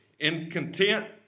incontent